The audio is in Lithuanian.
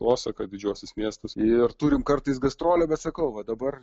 osaką didžiuosius miestus ir turim kartais gastrolių bet sakau va dabar